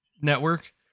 network